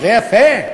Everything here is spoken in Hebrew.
זה יפה?